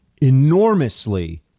enormously